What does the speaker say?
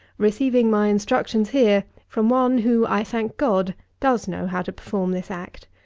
receiving my instructions here from one, who, i thank god, does know how to perform this act.